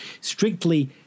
Strictly